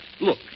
Look